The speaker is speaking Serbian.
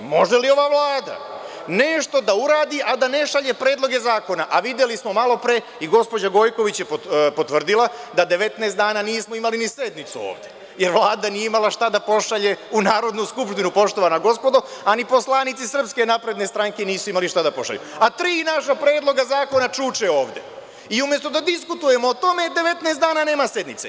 Može li ova Vlada nešto da uradi, a da ne šalje predloge zakona, a videli smo malopre i gospođa Gojković je potvrdila da 19 dana nismo imali sednicu ovde, jer Vlada nije imala šta da pošalje u Narodnu skupštinu, poštovana gospodo, a ni poslanici SNS nisu imali šta da pošalju, a tri naša predloga zakona čuče ovde i umesto da diskutujemo o tome, 19 dana nema sednice.